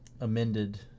amended